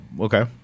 Okay